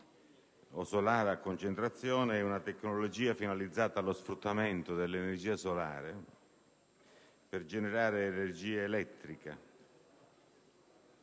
o solare a concentrazione, è una tecnologia finalizzata allo sfruttamento dell'energia solare per generare energia elettrica.